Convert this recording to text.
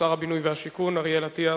שר הבינוי והשיכון אריאל אטיאס.